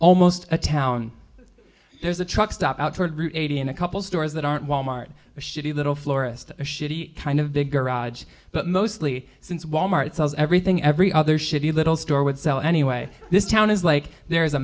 almost a town there's a truck stop out toward route eighty in a couple stores that aren't walmart a shitty little florist kind of big garage but mostly since walmart sells everything every other shitty little store would sell anyway this town is like there is a